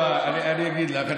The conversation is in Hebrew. רגוע, אני אגיד לך.